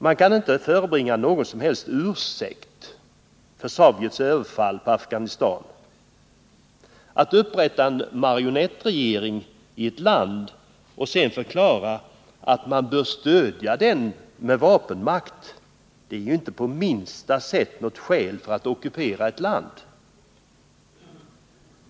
Man kan inte förebringa någon som helst ursäkt för Sovjets överfall på Afghanistan. Att upprätta en marionettregering i ett land och sedan förklara att man bör stödja den med vapenmakt är ju inte på minsta sätt något skäl för att ockupera ett land.